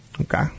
Okay